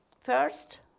First